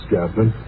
Captain